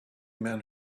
men